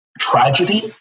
tragedy